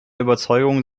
überzeugung